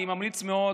אני ממליץ מאוד